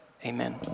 Amen